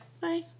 Bye